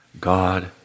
God